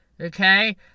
okay